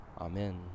Amen